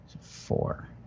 Four